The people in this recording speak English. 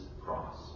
cross